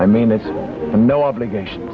i mean it's no obligation